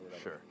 Sure